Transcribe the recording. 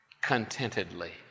contentedly